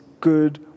good